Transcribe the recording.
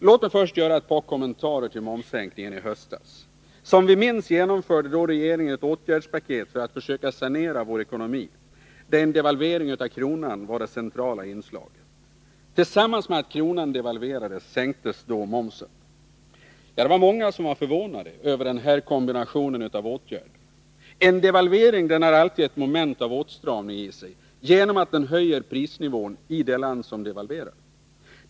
Låt mig först göra ett par kommentarer till momssänkningen i höstas. Som vi minns genomförde då regeringen ett åtgärdspaket för att försöka sanera vår ekonomi, där en devalvering av kronan var det centrala inslaget. Tillsammans med att kronan devalverades, sänktes då momsen. Många var förvånade över denna kombination av åtgärder. En devalvering har alltid ett moment av åtstramning i sig genom att höja prisnivån i det land som devalverar.